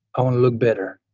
i want to look better.